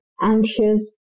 anxious